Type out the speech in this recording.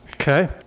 Okay